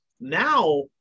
Now